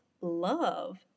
love